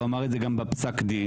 הוא אמר את זה גם בפסק דין.